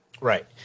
Right